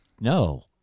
No